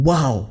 Wow